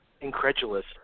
incredulous